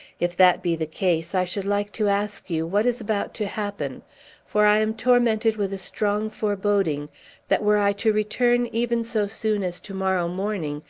if that be the case, i should like to ask you what is about to happen for i am tormented with a strong foreboding that, were i to return even so soon as to-morrow morning,